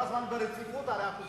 הוא כל הזמן ברציפות הרי,